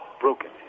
broken